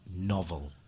novel